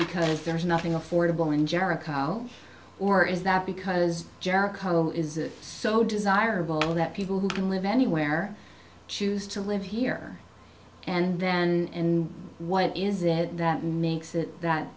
because there is nothing affordable in jericho or is that because jericho is so desirable that people who can live anywhere choose to live here and then what is it that makes it that